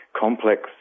complex